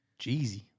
jeezy